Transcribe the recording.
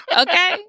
okay